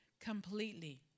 completely